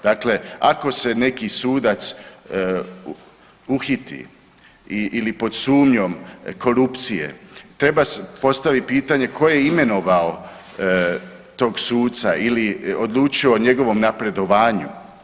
Dakle, ako se neki sudac uhiti ili pod sumnjom korupcije treba postavit pitanje tko je imenovao tog suca ili odlučio o njegovom napredovanju.